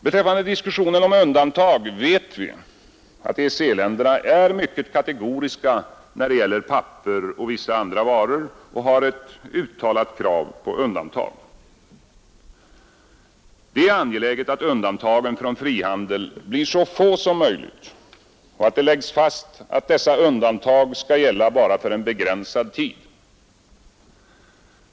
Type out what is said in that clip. Beträffande diskussionen om undantag vet vi att EEC-länderna är mycket kategoriska när det gäller papper och vissa andra varor och att det föreligger ett uttalat krav på undantag. Det är angeläget att undantagen från frihandel blir så få som möjligt och att det läggs fast att dessa undantag skall gälla bara för en begränsad tid.